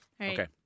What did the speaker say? Okay